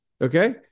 Okay